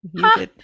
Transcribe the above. ha